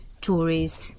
Tories